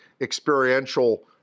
experiential